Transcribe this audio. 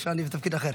ועכשיו אני בתפקיד אחר.